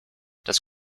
das